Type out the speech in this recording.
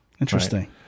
Interesting